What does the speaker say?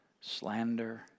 slander